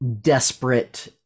desperate